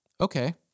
Okay